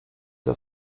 dla